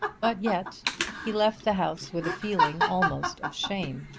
but yet he left the house with a feeling almost of shame,